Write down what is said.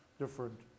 different